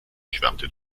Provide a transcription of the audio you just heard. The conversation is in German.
schwärmte